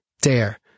Dare